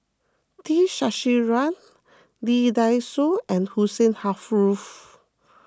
T Sasitharan Lee Dai Soh and Hussein half loof